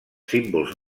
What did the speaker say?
símbols